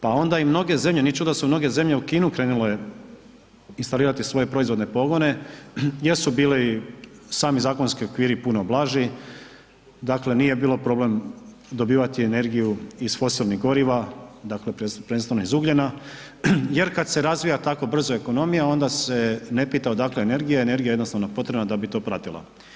Pa onda i mnoge zemlje, nije čudo da su mnoge zemlje u Kinu krenule …/nerazumljivo/… svoje proizvodne pogone jer su bili sami zakonski okviri puno blaži, dakle nije bilo problem dobivati energiju iz fosilnih goriva, dakle prvenstveno iz ugljena jer kad se razvija tako brzo ekonomija onda se ne pita odakle energija, energija je jednostavno potrebna da bi to pratila.